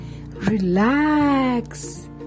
relax